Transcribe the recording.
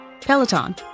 Peloton